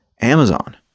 Amazon